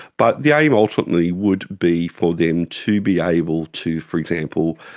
but the aim ultimately would be for them to be able to, for example,